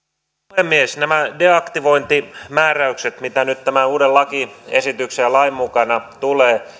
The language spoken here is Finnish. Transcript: puhemies näissä deaktivointimääräyksissä mitä nyt tämän uuden lakiesityksen ja lain mukana tulee